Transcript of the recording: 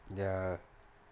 ya